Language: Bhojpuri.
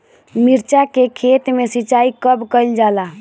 मिर्चा के खेत में सिचाई कब कइल जाला?